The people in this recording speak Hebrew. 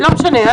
לא משנה,